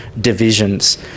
divisions